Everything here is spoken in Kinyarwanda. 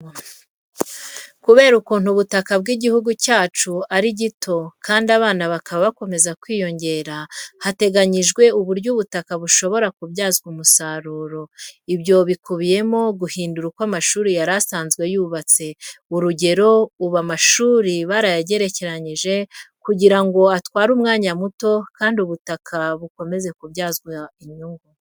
Kubera ukuntu ubutaha bw'igihugu cyacu ari gito kandi abana bakaba bakomeza kwiyongera, hateganyijwe uburyo ubutaka bushobora kubyazwa umusaruro. Ibyo bikubiyemo guhindura uko amashuri yari asanzwe yubatse. Urugero, ubu amashuri barayagerekeranya kugira ngo atware umwanya muto kandi ubutaka bukomeze kubyazwa inyungu.